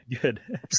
good